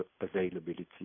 availability